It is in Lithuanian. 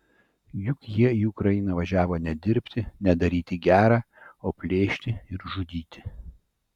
juk jie į ukrainą važiavo ne dirbti ne daryti gera o plėšti ir žudyti